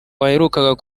waherukaga